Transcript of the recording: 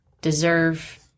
deserve